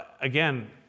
Again